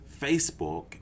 Facebook